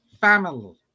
family